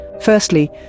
Firstly